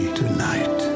tonight